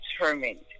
determined